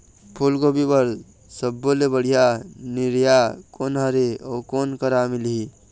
फूलगोभी बर सब्बो ले बढ़िया निरैया कोन हर ये अउ कोन करा मिलही?